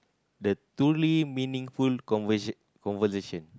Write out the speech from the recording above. the truly meaningful convers~ conversation